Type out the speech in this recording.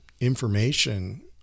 information